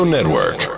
Network